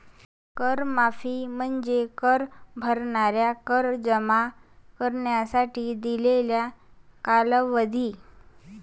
कर माफी म्हणजे कर भरणाऱ्यांना कर जमा करण्यासाठी दिलेला कालावधी